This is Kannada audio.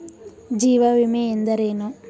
ಜೀವ ವಿಮೆ ಎಂದರೇನು?